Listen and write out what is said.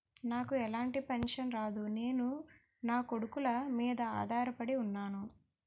నాకు ఎలాంటి పెన్షన్ రాదు నేను నాకొడుకుల మీద ఆధార్ పడి ఉన్నాను